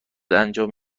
انجام